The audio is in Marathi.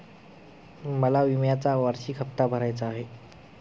मला विम्याचा वार्षिक हप्ता भरायचा आहे